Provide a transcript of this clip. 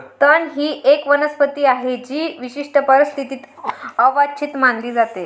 तण ही एक वनस्पती आहे जी विशिष्ट परिस्थितीत अवांछित मानली जाते